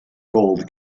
gold